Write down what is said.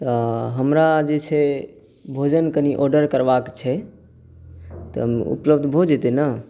तऽ हमरा जे छै भोजन कनि आर्डर करबाक छै तऽ उपलब्ध भऽ जेतै ने